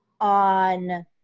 on